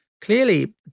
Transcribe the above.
clearly